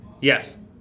Yes